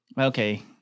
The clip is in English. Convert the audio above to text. Okay